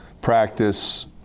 practice